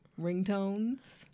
ringtones